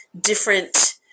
different